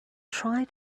try